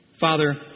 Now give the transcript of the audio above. Father